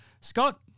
Scott